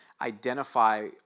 identify